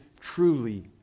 truly